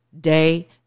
day